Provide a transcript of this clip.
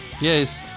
Yes